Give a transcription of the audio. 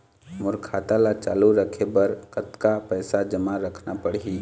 मोर खाता ला चालू रखे बर म कतका पैसा जमा रखना पड़ही?